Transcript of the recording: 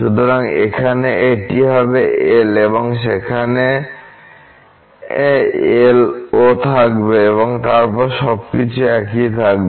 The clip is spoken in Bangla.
সুতরাং এখানে এটি হবে L এবং সেখানে L ও থাকবে এবং তারপর সবকিছু একই থাকবে